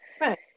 Right